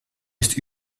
ist